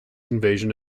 invasion